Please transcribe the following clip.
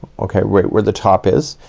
okay right where the top is,